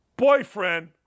boyfriend